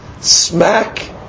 Smack